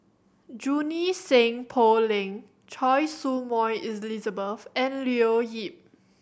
Junie Sng Poh Leng Choy Su Moi Elizabeth and Leo Yip